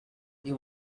you